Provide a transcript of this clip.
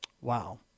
wow